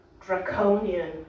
draconian